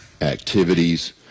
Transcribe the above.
activities